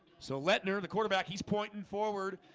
so let nor the quarterback he's pointing forward,